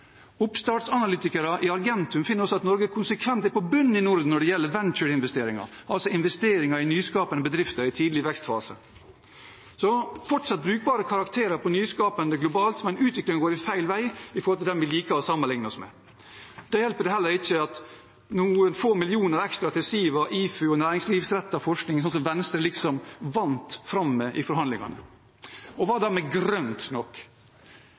Oppstartsanalytikere i Argentum finner at Norge konsekvent er på bunnen i Norden når det gjelder ventureinvesteringer, altså investeringer i nyskapende bedrifter i tidlig vekstfase. Så det er fortsatt brukbare karakterer på «nyskapende» globalt, men utviklingen går feil vei i forhold til dem vi liker å sammenligne oss med. Da hjelper det heller ikke med noen få millioner ekstra til Siva, IFU og næringslivsrettet forskning – som Venstre liksom vant fram med i forhandlingene. Og hva da med «grønt» nok?